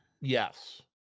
Yes